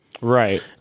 Right